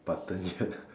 button yet